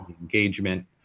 engagement